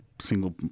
single